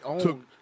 took